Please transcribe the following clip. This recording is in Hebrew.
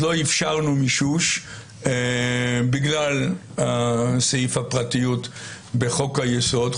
לא אפשרנו מישוש בגלל סעיף הפרטיות בחוק היסוד,